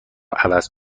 عوض